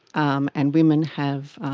um and women have